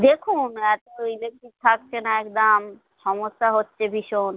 দেখুন এক ও ইলেকট্রিক থাকছে না একদম সমস্যা হচ্ছে ভীষণ